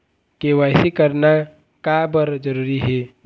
KYC करना का बर जरूरी हे?